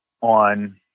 on